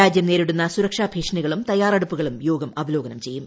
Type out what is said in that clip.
രാജ്യം നേരിടുന്ന സൂരക്ഷാ ഭീഷണികളും തയ്യാറെടുപ്പുകളും ്യോഗം അവലോകനം ചെയ്യും